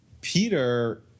peter